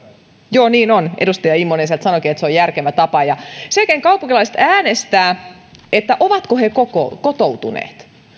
joo niin on edustaja immonen sieltä sanoikin että se on järkevä tapa sen jälkeen kaupunkilaiset äänestävät siitä ovatko tulijat kotoutuneet